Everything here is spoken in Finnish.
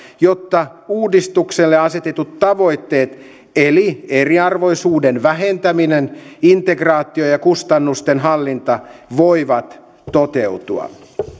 jotta uudistukselle asetetut tavoitteet eli eriarvoisuuden vähentäminen integraatio ja kustannusten hallinta voivat toteutua